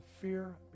fear